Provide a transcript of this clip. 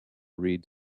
read